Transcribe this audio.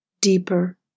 Deeper